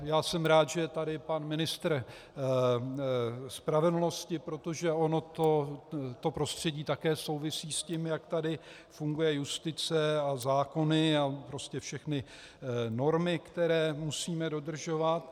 Já jsem rád, že je tady pan ministr spravedlnosti, protože ono to prostředí také souvisí s tím, jak tady funguje justice a zákony a prostě všechny normy, které musíme dodržovat.